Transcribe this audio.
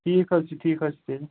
ٹھیٖک حظ چھُ ٹھیٖک حظ چھُ تیٚلہِ